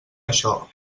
això